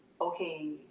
okay